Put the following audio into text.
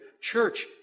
Church